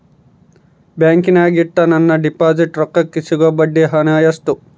ಬ್ಯಾಂಕಿನಾಗ ಇಟ್ಟ ನನ್ನ ಡಿಪಾಸಿಟ್ ರೊಕ್ಕಕ್ಕೆ ಸಿಗೋ ಬಡ್ಡಿ ಹಣ ಎಷ್ಟು?